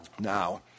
Now